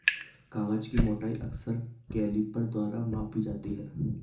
कागज की मोटाई अक्सर कैलीपर द्वारा मापी जाती है